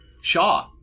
Shaw